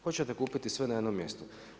Hoćete kupiti sve na jednom mjestu.